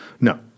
No